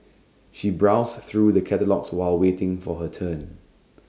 she browsed through the catalogues while waiting for her turn